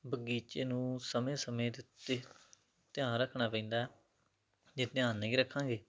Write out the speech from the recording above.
ਬਗੀਚੇ ਨੂੰ ਸਮੇਂ ਸਮੇਂ ਦੇ ਉੱਤੇ ਧਿਆਨ ਰੱਖਣਾ ਪੈਂਦਾ ਜੇ ਧਿਆਨ ਨਹੀਂ ਰੱਖਾਂਗੇ